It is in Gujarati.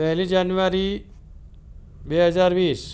પહેલી જાન્યુઆરી બે હજાર વીસ